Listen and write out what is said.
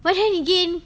what had he gain